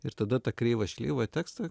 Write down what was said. ir tada tą kreivą šleivą tekstą